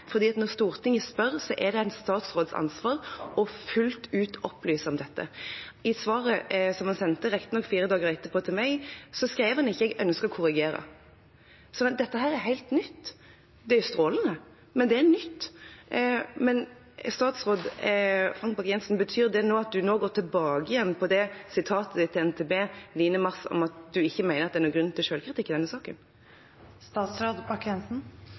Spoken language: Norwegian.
når Stortinget spør, er det en statsråds ansvar å – fullt ut – opplyse om dette. I svaret som han sendte, riktignok fire dager etterpå, til meg, skrev han ikke: Jeg ønsker å korrigere. Så dette er helt nytt. Det er jo strålende, men det er nytt. Men betyr det at statsråd Frank Bakke-Jensen nå går tilbake igjen på uttalelsen sin til NTB 9. mars om at han ikke mener at det er noen grunn til selvkritikk i denne saken?